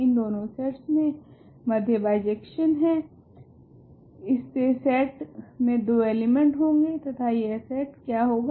इन दोनों सेट्स के मध्य बाइजेकशन से इस सेट मे दो एलिमेंट होगे तथा यह सेट क्या होगा